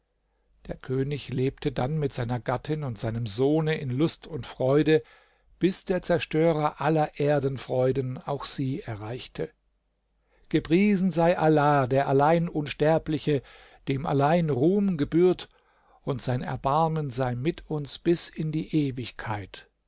der könig lebte dann mit seiner gattin und seinem sohne in lust und freude bis der zerstörer aller erdenfreuden auch sie erreichte gepriesen sei allah der allein unsterbliche dem allein ruhm gebührt und sein erbarmen sei mit uns bis in die ewigkeit